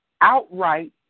outright